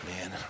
Man